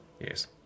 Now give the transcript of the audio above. Yes